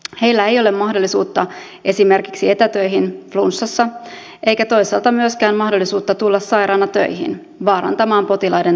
heillä ei ole mahdollisuutta esimerkiksi etätöihin flunssassa eikä toisaalta myöskään mahdollisuutta tulla sairaana töihin vaarantamaan potilaiden turvallisuutta